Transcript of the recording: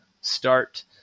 start